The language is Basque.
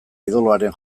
idoloaren